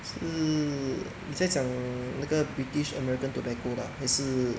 是你在讲那个 british american tobacco 的 ah 还是